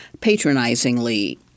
patronizingly